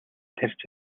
тарьж